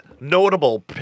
notable